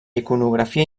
iconografia